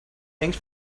thanks